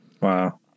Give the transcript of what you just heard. Wow